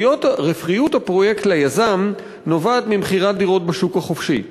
רווחיות הפרויקט ליזם נובעת ממכירת דירות בשוק החופשי.